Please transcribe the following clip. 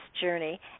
journey